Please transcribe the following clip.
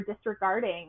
disregarding